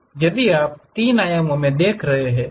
यदि आप 3 आयामों में देख रहे हैं